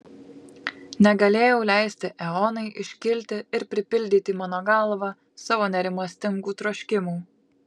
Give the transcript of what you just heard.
negalėjau leisti eonai iškilti ir pripildyti mano galvą savo nerimastingų troškimų